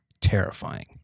Terrifying